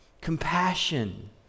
compassion